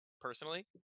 personally